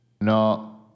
No